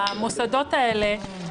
שהמוסדות האלה,